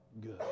good